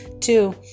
Two